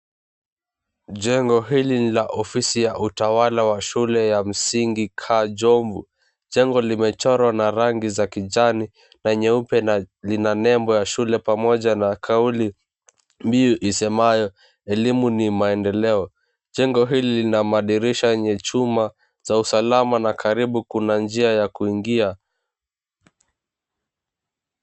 Jengo hili ni la ofisi ya utawala wa shule ya msingi Kwa Jomvu. Jengo limechorwa na rangi za kijani na nyeupe na lina nembo ya shule pamoja na kauli mbiu isemayo elimu ni maendeleo. Jengo hili lina madirisha yenye chuma za usalama na karibu kuna njia ya kuingia.